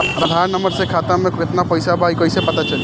आधार number से खाता में केतना पईसा बा ई क्ईसे पता चलि?